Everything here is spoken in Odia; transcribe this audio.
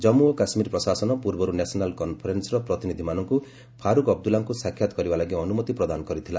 କମ୍ମୁ ଓ କାଶ୍କୀର ପ୍ରଶାସନ ପୂର୍ବରୁ ନ୍ୟାସନାଲ୍ କନ୍ଫରେନ୍ସର ପ୍ରତିନିଧ୍ୟମାନଙ୍କୁ ଫାରୁକ୍ ଅବଦୁଲ୍ଲାଙ୍କୁ ସାକ୍ଷାତ କରିବାଲାଗି ଅନୁମତି ପ୍ରଦାନ କରିଥିଲା